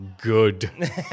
good